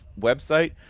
website